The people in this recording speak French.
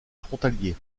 frontalier